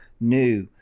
new